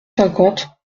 cinquante